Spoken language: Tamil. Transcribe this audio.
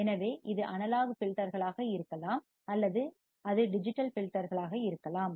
எனவே இது அனலாக் ஃபில்டர்களாக இருக்கலாம் அல்லது அது டிஜிட்டல் ஃபில்டர்களாக இருக்கலாம்